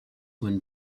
when